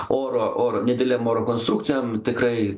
oro oro nedidelėm oro konstrukcijom tikrai